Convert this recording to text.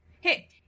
Hey